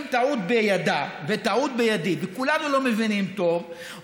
אם טעות בידה וטעות בידי וכולנו לא מבינים טוב,